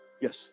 Yes